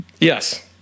Yes